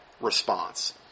response